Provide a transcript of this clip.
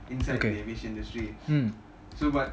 okay mmhmm